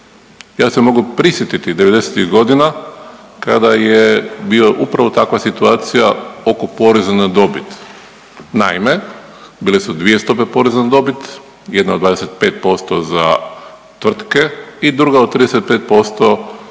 Ja se mogu prisjetiti '90.-tih godina kada je bio upravo takva situacija oko poreza na dobit. Naime, bile su dvije stope poreza na dobit, jedna od 25% za tvrtke i druga od 35%